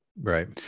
Right